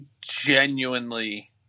genuinely